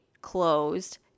closed